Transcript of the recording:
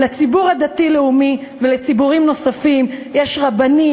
לציבור הדתי-לאומי ולציבורים נוספים יש רבנים,